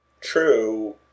true